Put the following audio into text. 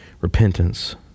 repentance